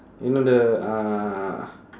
you know the uh